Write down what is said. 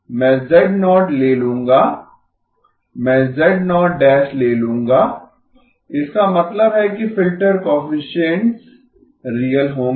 मैं z0 ले लूंगा मैं ले लूंगा इसका मतलब है कि फिल्टर कोएफिसिएंट्स रियल होंगें